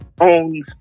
owns